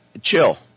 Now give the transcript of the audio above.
Chill